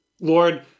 Lord